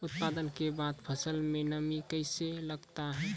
उत्पादन के बाद फसल मे नमी कैसे लगता हैं?